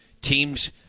Teams